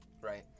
right